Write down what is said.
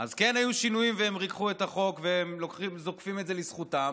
אז כן היו שינויים והם ריככו את החוק והם זוקפים את זה לזכותם